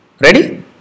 Ready